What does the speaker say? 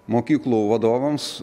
mokyklų vadovams